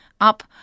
up